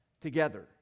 Together